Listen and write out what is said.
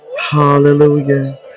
hallelujah